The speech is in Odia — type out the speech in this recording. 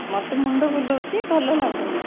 ମୋତେ ମୁଣ୍ଡ ବୁଲୋଉଛି ଭଲ ଲାଗୁନି